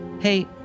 Hey